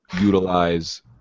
utilize